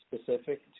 specific